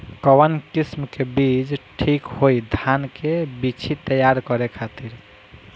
कवन किस्म के बीज ठीक होई धान के बिछी तैयार करे खातिर?